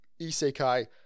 Isekai